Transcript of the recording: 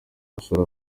musore